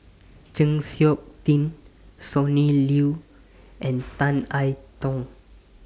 Chng Seok Tin Sonny Liew and Tan I Tong